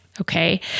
okay